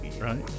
right